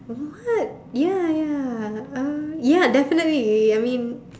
what ya ya uh ya definitely I mean